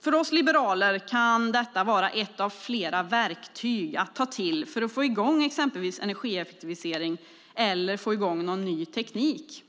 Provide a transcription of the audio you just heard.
För oss liberaler kan detta vara ett av flera verktyg att ta till för att få i gång exempelvis energieffektivisering eller någon ny teknik.